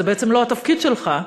זה בעצם לא התפקיד שלך,